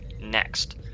next